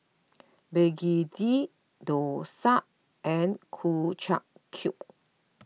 Begedil Dosa and Ku Chai Kuih